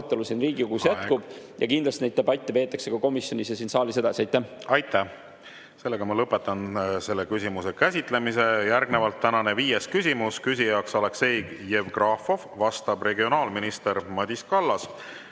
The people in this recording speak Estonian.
Aitäh! Lõpetan selle küsimuse käsitlemise. Järgnevalt tänane viies küsimus. Küsib Aleksei Jevgrafov, vastab regionaalminister Madis Kallas